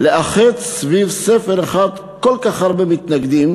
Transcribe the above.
לאחד סביב ספר אחד כל כך הרבה מתנגדים,